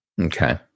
Okay